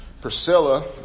Priscilla